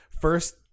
first